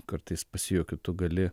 kartais pasijuokiu tu gali